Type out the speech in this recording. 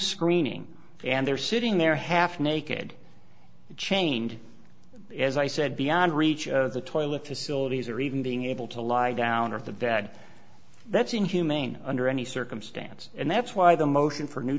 screening and they're sitting there half naked chained as i said beyond reach of the toilet facilities or even being able to lie down or the bag that's inhumane under any circumstance and that's why the motion for new